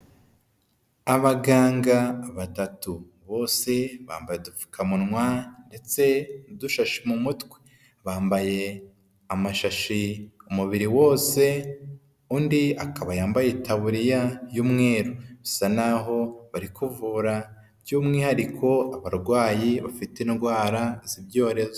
Abaganga batatu bose bambaye udupfukamunwa ndetse n'udushashi mu mutwe, bambaye amashashi umubiri wose, undi akaba yambaye itaburiya y'umweru bisa naho bari kuvura by'umwihariko abarwayi bafite indwara z'ibyorezo.